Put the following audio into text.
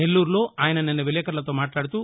నెల్లూరులో ఆయన నిన్న విలేకర్లతో మాట్లాడుతూ